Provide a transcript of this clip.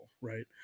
right